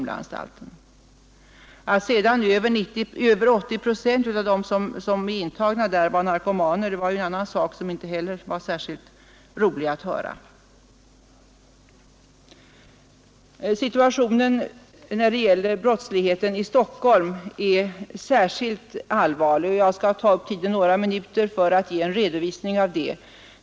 Att sedan över 80 procent av de intagna där är narkomaner är en annan sak som inte heller är särskilt rolig att höra. Situationen är särskilt allvarlig när det gäller brottsligheten i Stockholm. Jag skall ta upp tiden några minuter med att ge en redovisning av den.